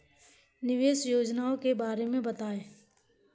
निवेश योजनाओं के बारे में बताएँ?